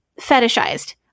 fetishized